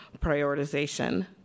prioritization